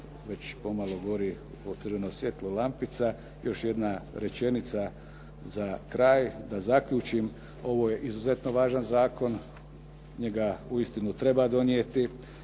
već pomalo gori crveno svjetlo, lampica. Još jedna rečenica za kraj da zaključim. Ovo je izuzetno važan zakon, njega uistinu treba donijeti.